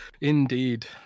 Indeed